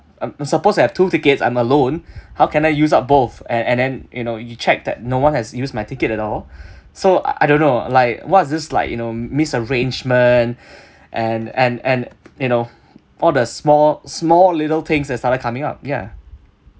I'm I'm supposed have two tickets I'm alone how can I use up both and and then you know you check that no one has use my ticket at all so I don't know like what's this like you know misarrangement and and and you know all the small small little things that started coming up ya